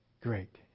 great